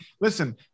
listen